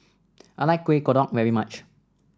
I like Kueh Kodok very much